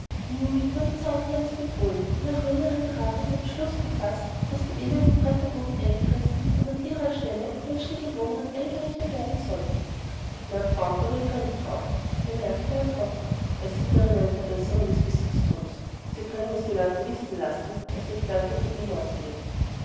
wurde zur audienz befohlen und nach längerer beratung der beschluß gefaßt daß die elenden bretterbuden eingerissen und an ihrer stelle menschliche wohnungen errichtet werden sollten lord fauntleroy dringt darauf bemerkte er trocken er sieht darin eine verbesserung des besitztums sie können es die leute wissen lassen daß der gedanke von ihm ausgeht